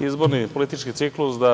izborni politički ciklus da